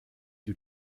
due